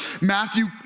Matthew